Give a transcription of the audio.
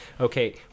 Okay